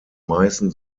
meißen